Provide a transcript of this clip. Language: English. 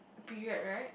period right